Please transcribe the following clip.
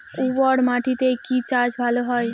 উর্বর মাটিতে কি চাষ ভালো হয়?